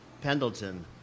Pendleton